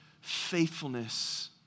faithfulness